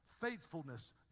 faithfulness